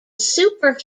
super